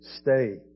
stay